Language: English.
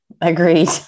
Agreed